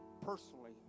personally